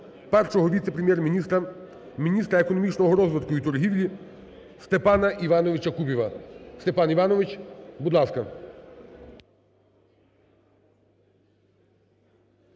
Першого віце-прем'єр-міністра, міністра економічного розвитку і торгівлі Степана Івановича Кубіва. Степан Іванович, будь ласка.